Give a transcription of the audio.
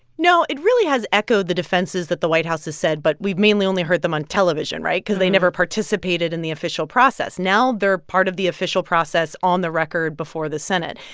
no. it really has echoed the defenses that the white house has said. but we've mainly only heard them on television right? because they never participated in the official process. now they're part of the official process on the record before the senate.